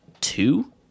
two